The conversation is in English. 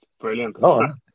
Brilliant